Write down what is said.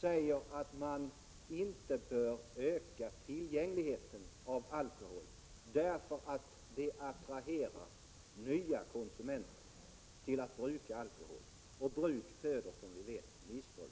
säger att man inte bör öka tillgängligheten till alkohol, därför att den attraherar nya konsumenter till att bruka alkohol, och bruk föder ju som bekant missbruk.